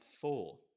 four